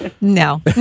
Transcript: No